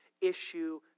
issue